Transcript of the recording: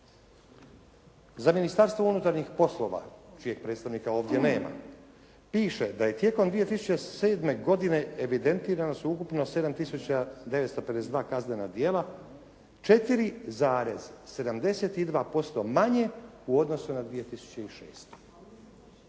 Za Ministarstvo unutarnjih poslova čijeg predstavnika ovdje nema piše da je tijekom 2007. godine evidentirano sveukupno 7 tisuća 952 kaznena djela, 4,72% manje u odnosu na 2006.